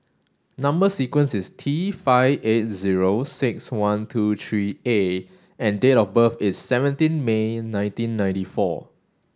number sequence is T five eight zero six one two three A and date of birth is seventeen May nineteen ninety four